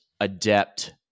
adept